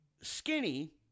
Skinny